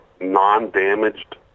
non-damaged